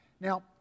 Now